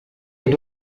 was